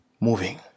moving